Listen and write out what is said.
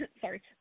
Sorry